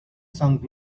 saint